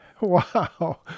Wow